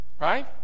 right